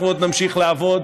אנחנו עוד נמשיך לעבוד,